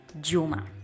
juma